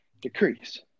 decrease